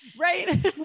right